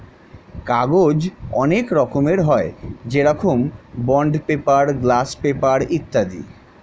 কাগজ অনেক রকমের হয়, যেরকম বন্ড পেপার, গ্লাস পেপার ইত্যাদি